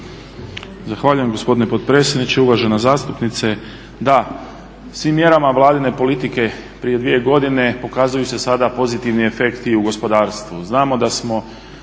Zahvaljujem gospodine potpredsjedniče. Uvažena zastupnice, da svim mjerama vladine politike prije 2 godine pokazuju se sada pozitivni efekti u gospodarstvu. Znamo da smo